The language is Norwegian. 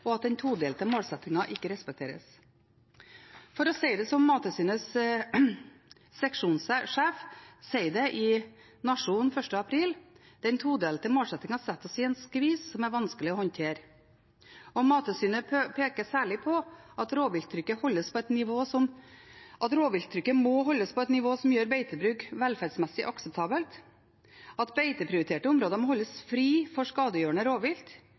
og at den todelte målsettingen ikke respekteres. For å si det som Mattilsynets seksjonssjef sa det i Nationen 1. april: «Den todelte målsettingen setter oss i en skvis som er vanskelig å håndtere.» Mattilsynet peker særlig på at rovvilttrykket må holdes på et nivå som gjør beitebruk velferdsmessig akseptabelt, at beiteprioriterte områder må holdes fri for skadegjørende rovvilt,